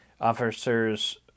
Officers